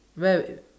where